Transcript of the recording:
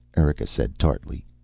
erika said tartly.